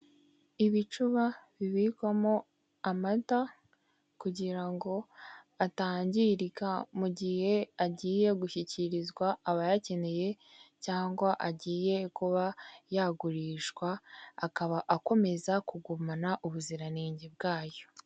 Ibicuba bibikwamo amata kugira ngo atangirika mu gihe agiye gushyikirizwa abayakeneye cyangwa agiye kuba yagurishwa akaba akomeza kugumana ubuziranenge bwayo.